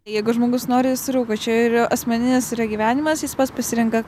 jeigu žmogus nori jis rūko čia yra asmeninis yra gyvenimas jis pats pasirenka